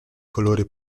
colore